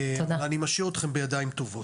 ואני משאיר אתכם בידיים טובות.